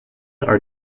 are